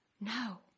no